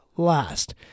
last